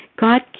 God